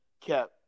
kept